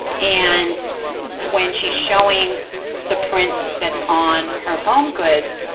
and when she's showing the prints that's on her home goods,